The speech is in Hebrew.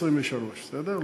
2023, בסדר?